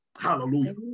Hallelujah